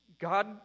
God